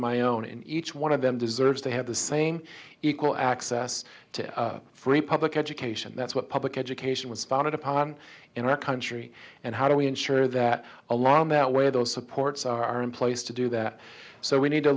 my own in each one of them deserves to have the same equal access to free public education that's what public education was founded upon in our country and how do we ensure that along that way those supports are in place to do that so we need to